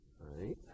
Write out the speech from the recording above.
right